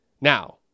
now